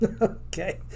Okay